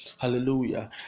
hallelujah